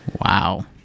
Wow